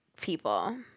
people